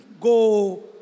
go